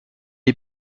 est